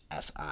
SI